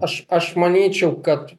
aš aš manyčiau kad